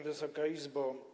Wysoka Izbo!